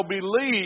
believe